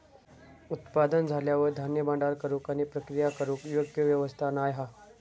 उत्पादन झाल्यार धान्य भांडार करूक आणि प्रक्रिया करूक योग्य व्यवस्था नाय हा